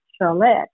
Charlotte